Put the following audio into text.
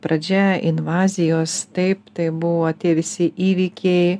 pradžia invazijos taip tai buvo tie visi įvykiai